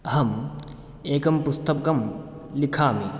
अहम् एकं पुस्तकं लिखामि